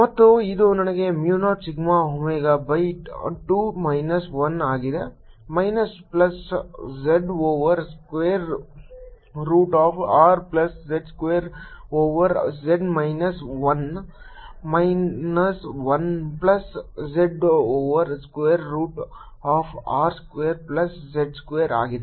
ಮತ್ತು ಇದು ನನಗೆ mu 0 sigma omega by 2 minus 1 ನೀಡುತ್ತದೆ minus plus z over square root of R plus z square over z minus 1 minus plus z over square root of R square plus z square ಆಗಿದೆ